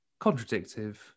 contradictive